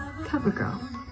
CoverGirl